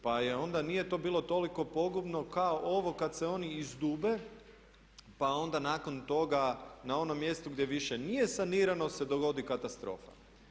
Pa onda nije to bilo toliko pogubno kao ovo kad se oni izdube, pa onda nakon toga na onom mjestu gdje više nije sanirano se dogodi katastrofa.